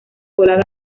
poblada